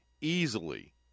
easily